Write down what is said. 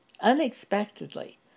unexpectedly